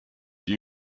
die